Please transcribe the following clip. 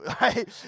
right